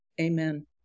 Amen